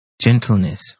gentleness